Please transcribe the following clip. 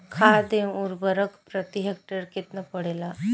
खाध व उर्वरक प्रति हेक्टेयर केतना पड़ेला?